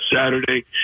Saturday